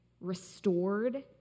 restored